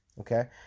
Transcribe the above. okay